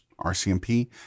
RCMP